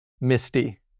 Misty